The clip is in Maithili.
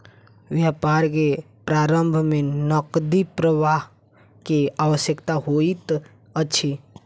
व्यापार के प्रारम्भ में नकदी प्रवाह के आवश्यकता होइत अछि